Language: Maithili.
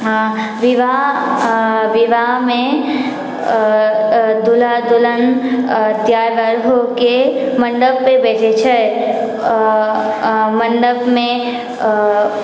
हँ विवाह विवाहमे दुल्हा दुल्हन तैयार वैयार होइके मण्डपमे बैठे छै मण्डपमे